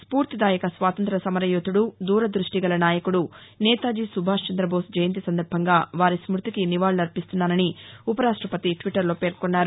స్పూర్తిదాయక స్వాతంత్ర్య సమరయోధుడు దూరదృష్ణి గల నాయకుడు నేతాజీ సుభాష్ చంద్రబోస్ జయంతి సందర్భంగా వారి స్మృతికి నివాళులు అర్చిస్తున్నానని ఉపరాష్టపతి ట్విట్టర్లో పేర్కొన్నారు